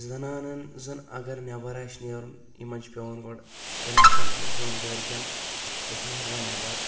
زَنانن زَن اگرنٮ۪بر آسہِ نیرُن یِمن چھ پیٚوان گۄڈٕ پٔرمِشن ہیوٚن گرِکٮ۪ن أسۍ نیروا نٮ۪بر